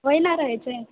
ओहिना रहैत छै